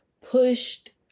pushed